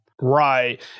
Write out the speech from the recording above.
Right